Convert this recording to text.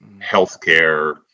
healthcare